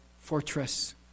fortress